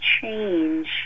change